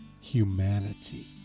humanity